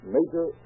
Major